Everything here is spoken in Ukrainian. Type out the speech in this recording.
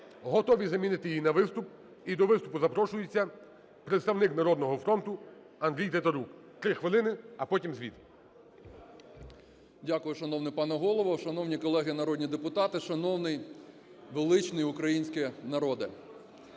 Готові замінити її на виступ. І до виступу запрошується представник "Народного фронту" Андрій Тетерук, три хвилини. А потім - звіт. 10:47:52 ТЕТЕРУК А.А. Дякую шановний пане Голово! Шановні колеги - народні депутати! Шановний величний український народе!